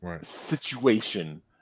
situation